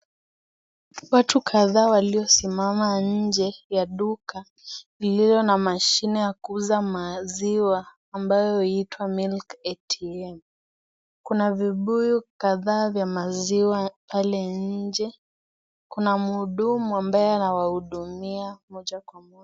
Watu kadhaa waliosimama nje ya duka lililo na mashine ya kuuza maziwa ambayo huitwa milk ATM . Kuna vibuyu kadhaa vya maziwa pale nje. Kuna mhudumu ambaye anawahudumia moja kwa moja.